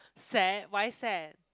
sad why sad